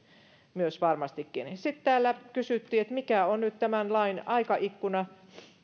myös varmastikin sitten täällä kysyttiin mikä on nyt tämän lain aikaikkuna